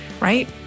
right